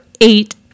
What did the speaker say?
eight